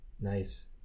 Nice